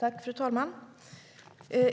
Fru talman!